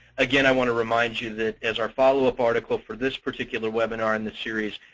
again, i want to remind you that as our followup article for this particular webinar in the series,